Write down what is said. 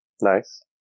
Nice